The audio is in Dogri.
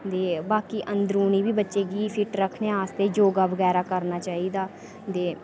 ते बाकी अंदरूनी बी बच्चे गी फिट रक्खने आस्तै जोगा बगैरा करना चाहिदा ते